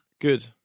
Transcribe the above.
good